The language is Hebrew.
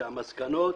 שהמסקנות